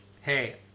hey